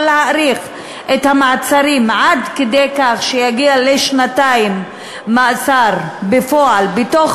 אבל להאריך את המעצרים עד כדי כך שיגיעו לשנתיים מאסר בפועל בתוך